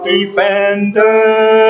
Defender